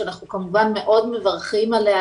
שאנחנו כמובן מאוד מברכים עליה.